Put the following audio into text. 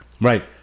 right